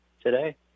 today